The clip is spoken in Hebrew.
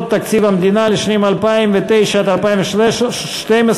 הצעת חוק-יסוד: תקציב המדינה לשנים 2009 עד 2012 ולשנת